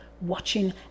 watching